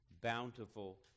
bountiful